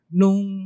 nung